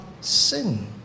sin